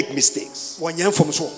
mistakes